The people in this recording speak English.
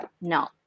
No